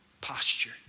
Posture